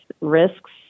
risks